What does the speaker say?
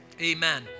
Amen